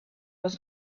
was